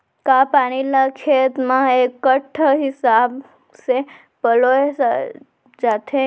का पानी ला खेत म इक्कड़ हिसाब से पलोय जाथे?